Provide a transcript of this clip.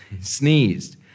Sneezed